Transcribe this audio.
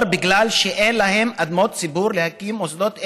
בגלל שאין להם אדמות ציבור להקים עליהן מוסדות אלה.